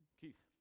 Keith